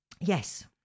Yes